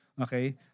okay